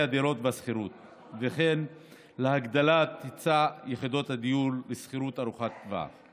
הדירות והשכירות וכן להגדלת היצע יחידות הדיור לשכירות ארוכת טווח.